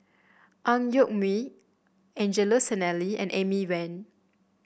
Ang Yoke Mooi Angelo Sanelli and Amy Van